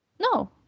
No